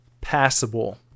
passable